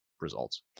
results